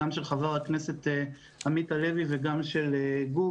גם של חבר הכנסת עמית הלוי וגם של גור